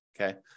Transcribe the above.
okay